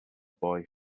boy